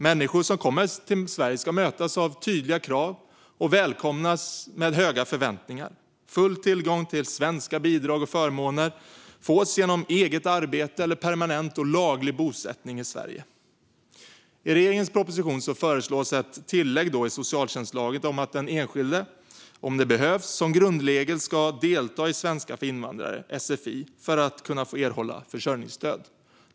Människor som kommer till Sverige ska mötas av tydliga krav och välkomnas med höga förväntningar. Full tillgång till svenska bidrag och förmåner fås genom eget arbete eller permanent och laglig bosättning i Sverige. I regeringens proposition föreslås ett tillägg i socialtjänstlagen om att den enskilde om det behövs som grundregel ska delta i svenska för invandrare, sfi, för att kunna erhålla försörjningsstöd.